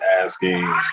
asking